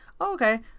okay